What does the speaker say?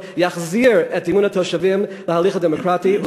יחזיר את אמון התושבים בהליך הדמוקרטי,